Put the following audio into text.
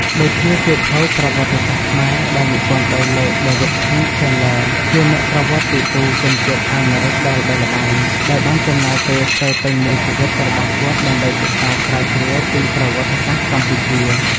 ដូចជាសៀវភៅ ប្រវត្តិសាស្ត្រខ្មែរ ដែលនិពន្ធដោយលោក ដេវីត ភី ឆេនឡឺ David P. Chandler ជាអ្នកប្រវត្តិវិទូជនជាតិអាមេរិកដ៏ល្បីល្បាញ ដែលបានចំណាយពេលស្ទើរពេញមួយជីវិតរបស់គាត់ដើម្បីសិក្សាស្រាវជ្រាវពីប្រវត្តិសាស្ត្រកម្ពុជា។